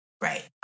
Right